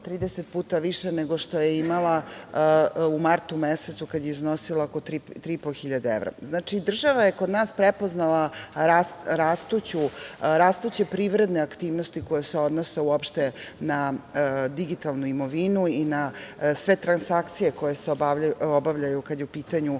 30 puta više nego što je imala u martu mesecu, kad je iznosila oko tri i po hiljade evra. Znači, država je kod nas prepoznala rastuće privredne aktivnosti koje se odnose uopšte na digitalnu imovinu i na sve transakcije koje se obavljaju kada je u pitanju